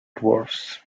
dwarfs